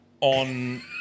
on